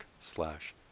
slash